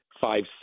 five